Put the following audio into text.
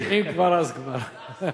אם כבר אז כבר.